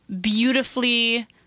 beautifully